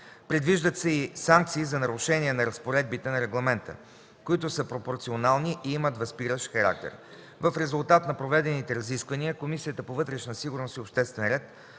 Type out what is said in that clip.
Предвиждат се и санкции за нарушения на разпоредбите на Регламента, които са пропорционални и имат възпиращ характер. В резултат на проведените разисквания, Комисията по вътрешна сигурност и обществен ред